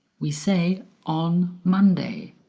we say on monday,